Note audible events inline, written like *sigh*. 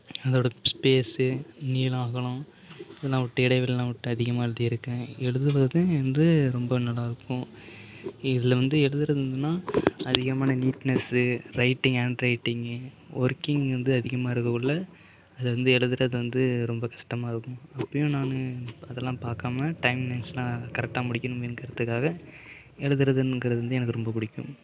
அதோடய ஸ்பேஸு நீளம் அகலம் இதலாம் விட்டு இடைவெளிலாம் விட்டு அதிகமாக எழுதியிருக்கேன் எழுதுவது எந்து ரொம்ப நல்லா இருக்கும் இதில் வந்து எழுதுகிறதுனா அதிகமான நீட்னஸ்ஸு ரைட்டிங் ஹேன்ட் ரைட்டிங்கி ஒர்க்கிங் வந்து அதிகமாக இருக்கக்குள்ளே அதை வந்து எழுதுகிறது வந்து ரொம்ப கஷ்டமாக இருக்கும் அப்பயும் நான் அதெல்லாம் பார்க்காம டைம் *unintelligible* கரெக்டாக முடிக்கணும் என்கிறதுக்காக எழுதுகிறதுன்கிறது எனக்கு ரொம்ப பிடிக்கும்